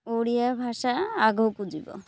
ଓଡ଼ିଆ ଭାଷା ଆଗକୁ ଯିବ